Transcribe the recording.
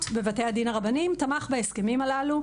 בבתי הדין הרבניים תמך בהסכמים הללו,